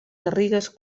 garrigues